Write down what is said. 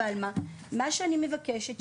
מה שאני מבקשת,